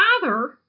father